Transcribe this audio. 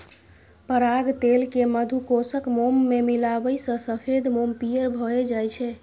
पराग तेल कें मधुकोशक मोम मे मिलाबै सं सफेद मोम पीयर भए जाइ छै